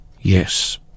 Yes